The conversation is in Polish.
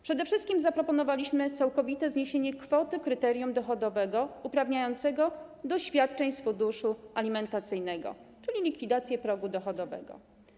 Przede wszystkim zaproponowaliśmy całkowite zniesienie kwoty kryterium dochodowego uprawniającego do świadczeń z funduszu alimentacyjnego, czyli likwidację progu dochodowego.